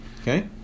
okay